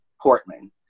Portland